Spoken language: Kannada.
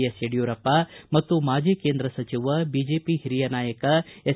ಎಸ್ ಯಡಿಯೂರಪ್ಪ ಮತ್ತು ಮಾಜಿ ಕೇಂದ್ರ ಸಚಿವ ಹಿರಿಯ ನಾಯಕ ಎಸ್